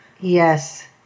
Yes